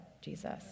Jesus